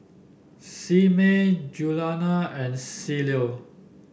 Simmie Juliana and Cielo